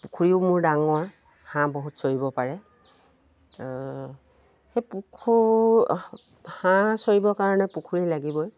পুখুৰীও মোৰ ডাঙৰ হাঁহ বহুত চৰিব পাৰে সেই হাঁহ চৰিবৰ কাৰণে পুখুৰী লাগিবই